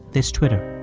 there's twitter.